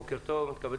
בוקר טוב לכולם,